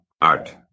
art